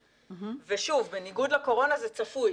שוב, בניגוד לקורונה זה צפוי,